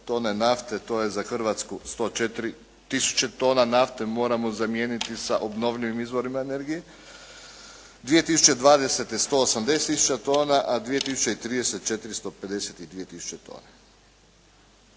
tone nafte, to je za Hrvatsku 104 tisuća tona nafte, moramo zamijeniti sa obnovljivim izvorima energije. 2020. 180 tisuća tona, 2030. 452 tisuće tona.